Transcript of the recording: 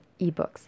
Ebooks